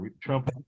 Trump